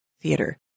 theater